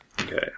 Okay